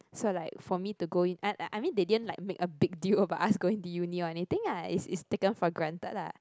so like for me to go in I I mean they didn't like make a big deal about us going to uni or anything lah it's it's taken for granted lah